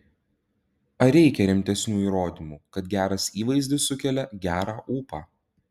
ar reikia rimtesnių įrodymų kad geras įvaizdis sukelia gerą ūpą